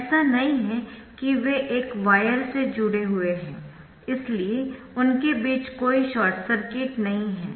ऐसा नहीं है कि वे एक वायर जुड़े से हुए है इसलिए उनके बीच कोई शॉर्ट सर्किट नहीं है